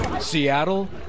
Seattle